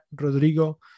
Rodrigo